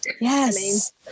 yes